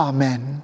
Amen